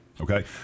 Okay